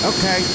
Okay